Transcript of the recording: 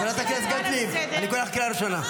חברת הכנסת גוטליב, אני קורא אותך קריאה ראשונה.